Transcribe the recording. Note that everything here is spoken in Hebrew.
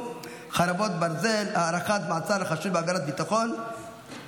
החלטה על הטלת ארנונה כללית לגבי שנת הכספים 2024),